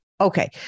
Okay